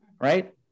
Right